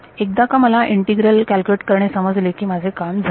एकदा का मला इंटीग्रल कॅल्क्युलेट करणे समजले की माझे काम झाले